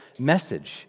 message